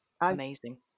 amazing